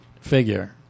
Figure